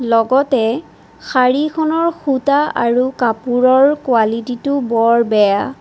লগতে শাৰীখনৰ সূতা আৰু কাপোৰৰ কোৱালিটিটো বৰ বেয়া